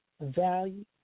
value